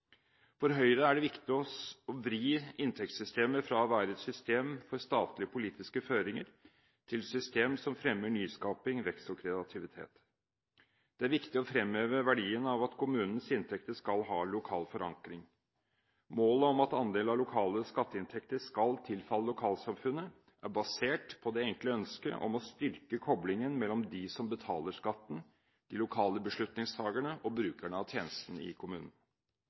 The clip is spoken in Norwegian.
For Høyre er det viktig å vri inntektssystemet fra å være et system for statlige politiske føringer til et system som fremmer nyskaping, vekst og kreativitet. Det er viktig å fremheve verdien av at kommunens inntekter skal ha lokal forankring. Målet om at en andel av lokale skatteinntekter skal tilfalle lokalsamfunnet, er basert på det enkle ønsket om å styrke koblingen mellom dem som betaler skatten, de lokale beslutningstagerne og brukerne av tjenesten i